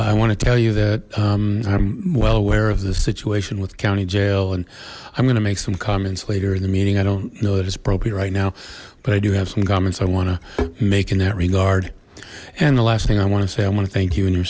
i want to tell you that i'm well aware of the situation with county jail and i'm gonna make some comments later in the meeting i don't know that it's appropriate right now but i do have some comments i want to make in that regard and the last thing i want to say i want to thank you and your